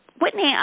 Whitney